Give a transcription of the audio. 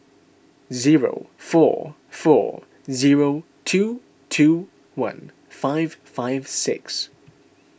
zero four four zero two two one five five six